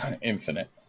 Infinite